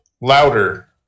louder